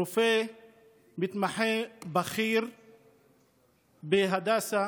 רופא מתמחה בכיר בהדסה,